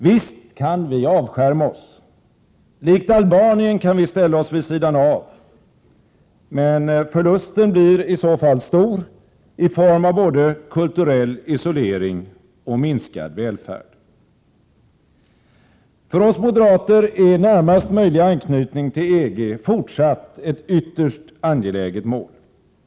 Visst kan vi avskärma oss. Likt Albanien kan vi ställa oss vid sidan av. Men förlusten blir i så fall stor i form av både kulturell isolering och minskad välfärd. För oss moderater är närmaste möjliga anknytning till EG fortsatt ett ytterst angeläget mål.